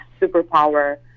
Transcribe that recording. superpower